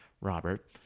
Robert